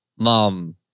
Mom